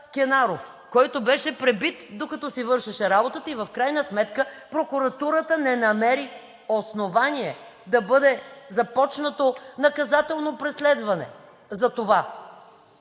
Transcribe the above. който беше пребит, докато си вършеше работата, и в крайна сметка прокуратурата не намери основание да бъде започнато наказателно преследване за това.